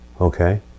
Okay